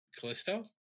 callisto